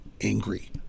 angry